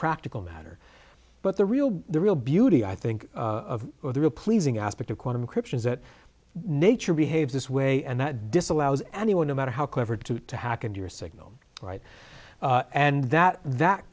practical matter but the real the real beauty i think the real pleasing aspect of quantum christian's that nature behaves this way and that disallows anyone no matter how clever to to hack into your signal right and that that